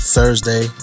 Thursday